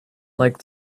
like